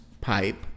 pipe